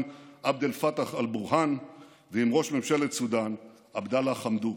עבד אל-פתאח אל-בורהאן ועם ראש ממשלת סודן עבדאללה חמדוכ.